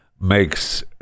makes